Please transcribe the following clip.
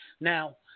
Now